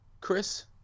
Chris